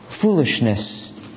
foolishness